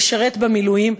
לשרת במילואים,